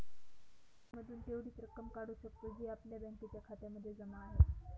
debit card मधून तेवढीच रक्कम काढू शकतो, जी आपल्या बँकेच्या खात्यामध्ये जमा आहे